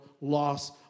loss